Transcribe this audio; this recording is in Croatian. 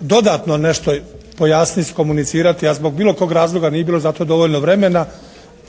dodatno nešto pojasniti, komunicirati, a zbog bilo kog razloga nije bilo za to dovoljno vremena